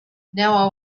now